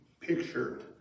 picture